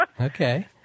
Okay